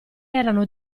erano